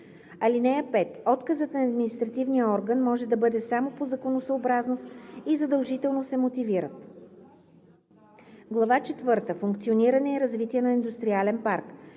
„(5) Отказът на административния орган може да бъде само по законосъобразност и задължително се мотивират.“ „Глава четвърта – Функциониране и развитие на индустриален парк“.